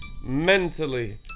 mentally